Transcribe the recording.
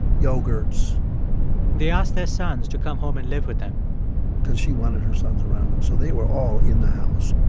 yogurts they asked their sons to come home and live with them because she wanted her sons around. so they were all in the house